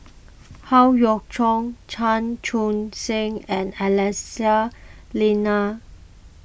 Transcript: Howe Yoon Chong Chan Chun Sing and Lyana